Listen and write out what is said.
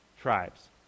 tribes